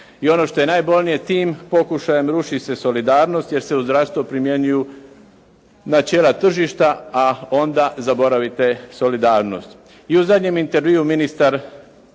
I ono što je najbolnije, tim pokušajem ruši se solidarnost jer se u zdravstvu primjenjuju načela tržišta, a onda zaboravite solidarnost. I u zadnjem intervjuu ministar